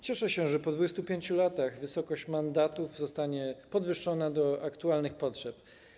Cieszę się, że po 25 latach wysokość mandatów zostanie podwyższona do aktualnych potrzeb.